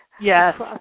Yes